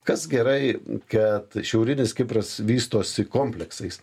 kas gerai kad šiaurinis kipras vystosi kompleksais